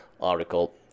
article